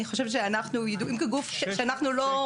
אני חושבת שאנחנו ידועים כגוף שאנחנו לא,